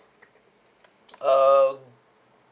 um